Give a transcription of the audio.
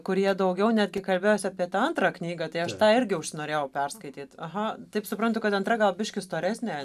kur jie daugiau netgi kalbėjosi apie tą antrą knygą tai aš tą irgi užsinorėjau perskaityt aha taip suprantu kad antra gal biškį storesnė